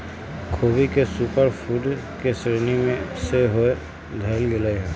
ख़ोबी के super food के श्रेणी में सेहो धयल गेलइ ह